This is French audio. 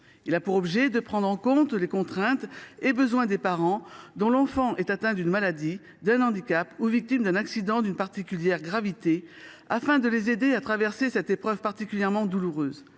de solidarité. Il prend en compte les contraintes et besoins des parents dont l’enfant est atteint d’une maladie, d’un handicap, ou victime d’un accident d’une particulière gravité, afin de les aider à traverser cette épreuve extrêmement douloureuse.